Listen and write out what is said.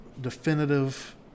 definitive